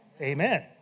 Amen